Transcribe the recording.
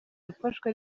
yafashwe